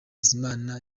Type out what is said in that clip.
bizimana